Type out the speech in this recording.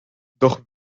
doch